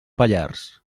pallars